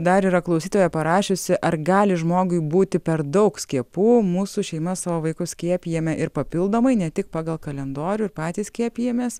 dar yra klausytoja parašiusi ar gali žmogui būti per daug skiepų mūsų šeima savo vaikus skiepijame ir papildomai ne tik pagal kalendorių ir patys skiepijamės